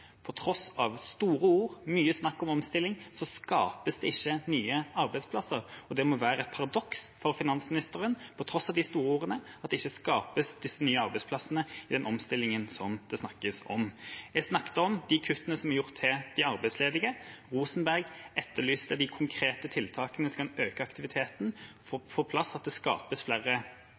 På tross av store ord og mye snakk om omstilling skapes det ikke nye arbeidsplasser. Det må være et paradoks for finansministeren – på tross av de store ordene – at det ikke skapes nye arbeidsplasser i den omstillingen det snakkes om. Jeg snakket om de kuttene som er gjort overfor de arbeidsledige. Rosenberg etterlyste de konkrete tiltakene som kan øke aktiviteten, få på plass at det skapes flere